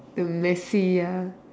the messy ya